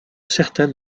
certains